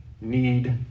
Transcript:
need